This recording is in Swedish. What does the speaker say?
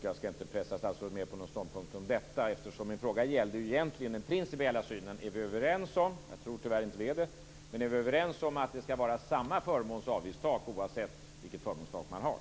Jag skall inte pressa statsrådet mer på någon ståndpunkt om detta, eftersom min fråga egentligen gällde den principiella synen: Är vi överens om - jag tror tyvärr inte att vi är det - att det skall vara samma förmåns och avgiftstak oavsett vilket förmånstak man har?